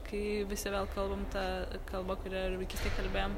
kai visi vėl kalbam ta kalba kurią ir vaikystėj kalbėjom